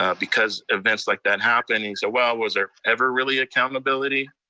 ah because events like that happen. and so well, was there ever really accountability?